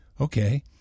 Okay